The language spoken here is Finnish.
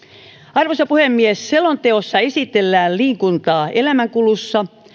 arvoisa puhemies selonteossa esitellään liikuntaa elämänkulussa